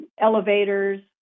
elevators